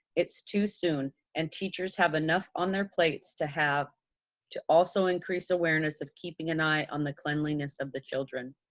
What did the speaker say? it's too soon and teachers have enough on their plates to have to also increase awareness of keeping an eye on the cleanliness of the children.